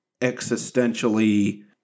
existentially